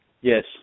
Yes